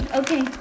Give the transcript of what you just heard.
okay